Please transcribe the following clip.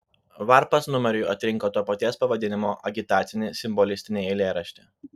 varpas numeriui atrinko to paties pavadinimo agitacinį simbolistinį eilėraštį